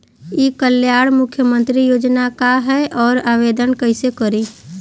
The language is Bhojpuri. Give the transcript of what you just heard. ई कल्याण मुख्यमंत्री योजना का है और आवेदन कईसे करी?